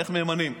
איך ממנים.